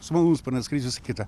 su malūnsparniu atskris visa kita